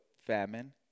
famine